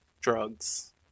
drugs